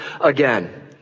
again